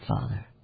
Father